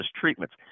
treatments